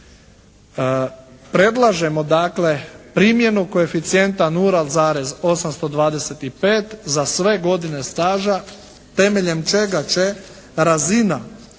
Predlažemo dakle primjenu koeficijenta 0,825 za sve godine staža temeljem čega će razina